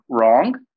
wrong